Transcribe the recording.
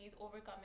overcoming